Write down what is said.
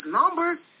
numbers